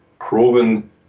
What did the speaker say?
proven